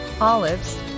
olives